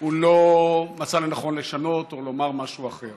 הוא לא מצא לנכון לשנות או לומר משהו אחר.